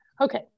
Okay